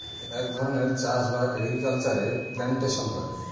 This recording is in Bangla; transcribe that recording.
এক ধরনের চাষ বা এগ্রিকালচারে প্লান্টেশন করে